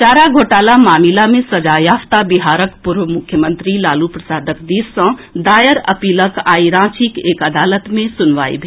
चारा घोटाला मामिला मे सजायाफ्ता बिहारक पूर्व मुख्यमंत्री लालू प्रसादक दिस सँ दायर अपीलक आई रांचीक एक अदालत मे सुनवाई भेल